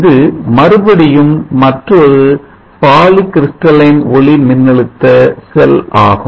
இது மறுபடியும் மற்றொரு poly crystalline ஒளி மின்னழுத்த செல் ஆகும்